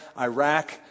Iraq